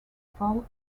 fall